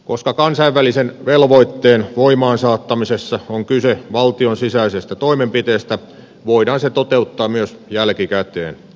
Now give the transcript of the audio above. koska kansainvälisen velvoitteen voimaansaattamisessa on kyse valtionsisäisestä toimenpiteestä voidaan se toteuttaa myös jälkikäteen